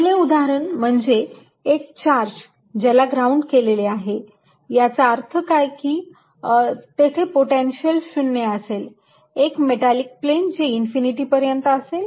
पहिले उदाहरण म्हणजे एक चार्ज ज्याला ग्राउंड केलेले आहे याचा अर्थ काय की तेथे पोटेन्शियल 0 असेल एक मेटालिक प्लेन जे इन्फिनिटी पर्यंत असेल